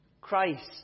Christ